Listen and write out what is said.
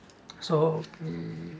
so mm